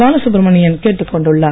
பாலசுப்ரமணியன் கேட்டுக் கொண்டுள்ளார்